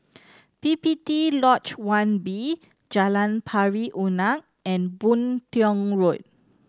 P P T Lodge One B Jalan Pari Unak and Boon Tiong Road